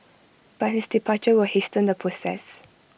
but his departure will hasten the process